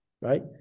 right